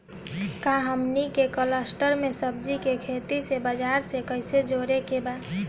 का हमनी के कलस्टर में सब्जी के खेती से बाजार से कैसे जोड़ें के बा?